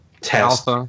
test